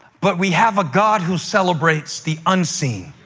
but we have a god who celebrates the unseen.